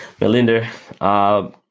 Melinda